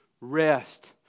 rest